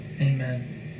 Amen